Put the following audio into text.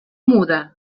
muda